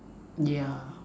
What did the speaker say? yeah